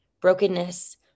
brokenness